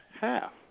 half